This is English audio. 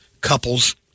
couples